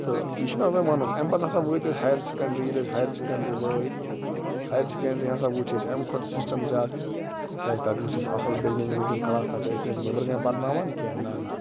تہٕ یہِ چھُ مےٚ وۄنۍ ونُن اَمہِ پَتہٕ ہَسا وٲتۍ أسۍ ہایر سیٚکَنٛڈرٛی ییٚلہِ أسۍ ہایر سیٚکنٛڈرٛی وٲتۍ ہایر سیٚکنٛڈرٛی ہسا وُچھ اسہِ اَمہِ کھۄتہٕ سِسٹَم زیادٕ کیازِ تتہِ وُچھ اسہِ اصٕل بِلڈِنٛگ وِلڈنٛگ کلاس تتہِ أسۍ نہٕ أسۍ نیٚبرٕ کٔنۍ پَراوان کیٚنٛہہ نَہ نَہ نَہ